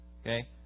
Okay